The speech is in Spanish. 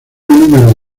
número